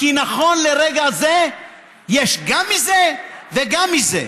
כי נכון לרגע זה יש גם מזה וגם מזה.